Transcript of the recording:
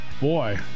boy